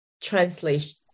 translation